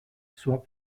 soit